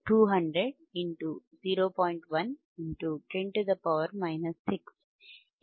1 10 6 ಏಕೆಂದರೆ ಇದು microfarad ಆಗಿದೆ